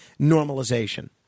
normalization